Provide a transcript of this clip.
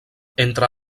entre